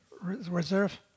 Reserve